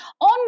on